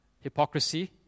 hypocrisy